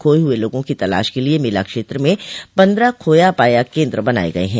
खोये हुए लोगों की तलाश के लिये मेला क्षेत्र में पन्द्रह खोया पाया केन्द्र बनाये गये हैं